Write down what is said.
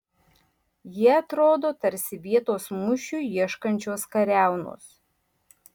jie atrodo tarsi vietos mūšiui ieškančios kariaunos